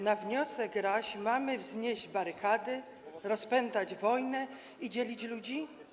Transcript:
Na wniosek RAŚ mamy wznieść barykady, rozpętać wojnę i dzielić ludzi?